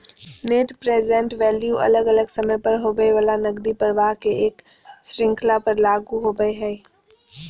net present value अलग अलग समय पर होवय वला नकदी प्रवाह के एक श्रृंखला पर लागू होवय हई